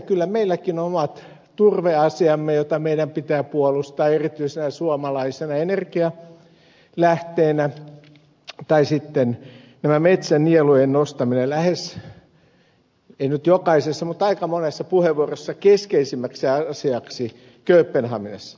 kyllä meilläkin on oma turveasiamme jota meidän pitää puolustaa erityisenä suomalaisena energialähteenä tai sitten metsänielujen nostaminen ei nyt jokaisessa mutta aika monessa puheenvuorossa keskeisimmäksi asiaksi kööpenhaminassa